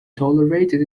tolerated